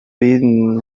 been